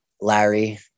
Larry